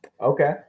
Okay